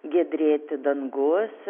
giedrėti dangus